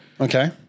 Okay